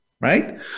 right